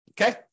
okay